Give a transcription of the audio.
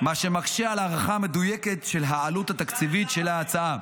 -- מה שמקשה על הערכה מדויקת של העלות התקציבית של ההצעה.